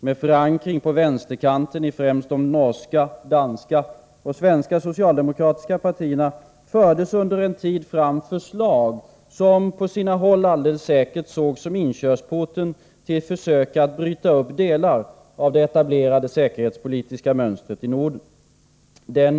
Med förankring på vänsterkanten i främst de norska, danska och svenska socialdemokratiska partierna fördes under en tid fram förslag som på sina håll alldeles säkert sågs som inkörsporten till försök att bryta upp delar av det etablerade säkerhetspolitiska mönstret i Norden.